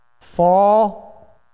Fall